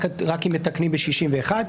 רק אם מתקנים ב-61.